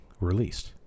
released